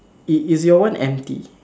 is is your one empty